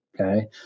Okay